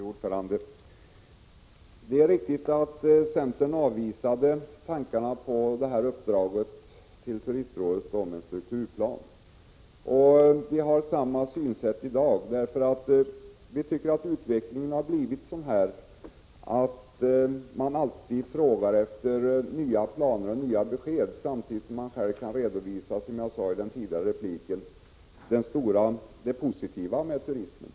Fru talman! Det är riktigt att centern avvisade tankarna på detta uppdrag till Turistrådet om en strukturplan. Vi har samma synsätt i dag. Utvecklingen har lett fram till att man alltid frågar efter nya planer och nya besked samtidigt som man själv kan redovisa, som jag sade i min tidigare replik, det positiva med turismen.